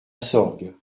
sorgue